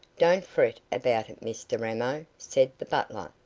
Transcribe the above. don't fret about it, mr ramo, said the butler.